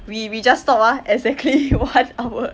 we we just stop ah exactly one hour